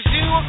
Zoo